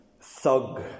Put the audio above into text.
thug